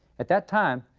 at that time,